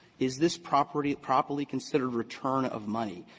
is this property properly considered return of money?